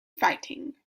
fighting